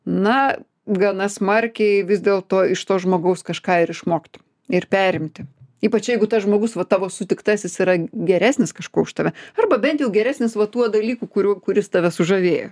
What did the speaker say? na gana smarkiai vis dėl to iš to žmogaus kažką ir išmokti ir perimti ypač jeigu tas žmogus va tavo sutiktasis yra geresnis kažkuo už tave arba bent jau geresnis va tuo dalyku kurių kuris tave sužavėjo